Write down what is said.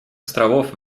островов